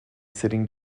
sitting